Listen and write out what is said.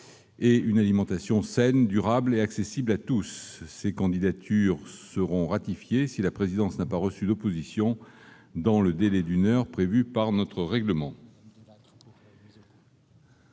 et une alimentation saine, durable et accessible à tous. Ces candidatures seront ratifiées si la présidence n'a pas reçu d'opposition dans le délai d'une heure prévu par notre règlement.